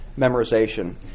memorization